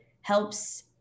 helps